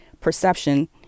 perception